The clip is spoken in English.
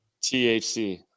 THC